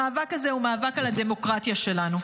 המאבק הזה הוא מאבק על הדמוקרטיה שלנו.